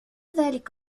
ذلك